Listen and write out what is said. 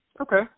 okay